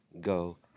go